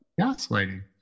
gaslighting